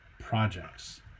projects